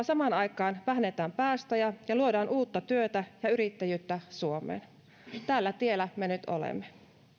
samaan aikaan vähennetään päästöjä ja ja luodaan uutta työtä ja yrittäjyyttä suomeen tällä tiellä me nyt olemme